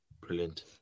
brilliant